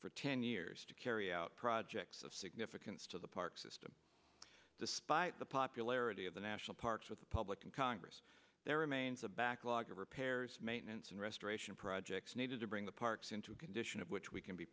for ten years to carry out projects of significance to the park system despite the popularity of the national parks with the public and congress there remains a backlog of repairs maintenance and restoration projects needed to bring the parks into a condition of which we can be